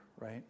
right